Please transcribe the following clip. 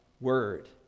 word